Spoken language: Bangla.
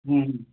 হুম